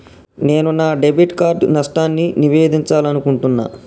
నేను నా debit card నష్టాన్ని నివేదించాలనుకుంటున్నా